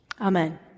Amen